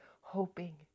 hoping